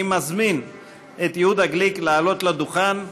אני מזמין את יהודה גליק לעלות לדוכן.